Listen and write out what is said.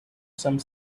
some